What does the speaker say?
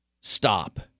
stop